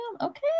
okay